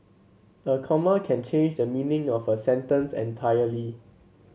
a comma can change the meaning of a sentence entirely